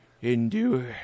endure